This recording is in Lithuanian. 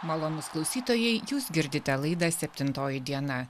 malonūs klausytojai jūs girdite laidą septintoji diena